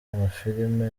amafilimi